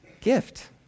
gift